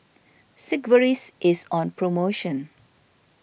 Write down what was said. Sigvaris is on promotion